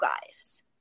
guys